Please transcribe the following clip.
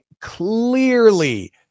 clearly